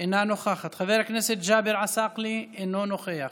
אינה נוכחת, חבר הכנסת ג'אבר עסאקלה, אינו נוכח,